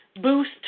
boost